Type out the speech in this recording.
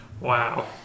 Wow